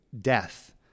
death